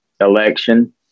election